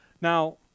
Now